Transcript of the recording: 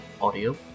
audio